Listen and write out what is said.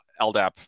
LDAP